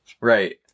Right